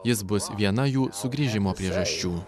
jis bus viena jų sugrįžimo priežasčių